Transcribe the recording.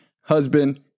husband